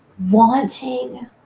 Wanting